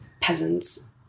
peasants